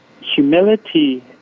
humility